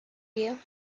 you